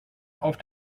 auf